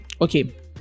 okay